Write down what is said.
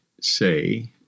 say